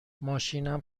ماشینم